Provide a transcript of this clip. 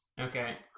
Okay